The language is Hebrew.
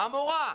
"המורה".